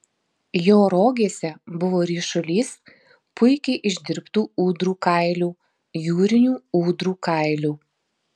jo rogėse buvo ryšulys puikiai išdirbtų ūdrų kailių jūrinių ūdrų kailių